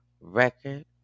Record